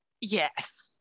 Yes